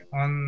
on